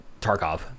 Tarkov